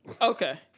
Okay